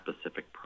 specific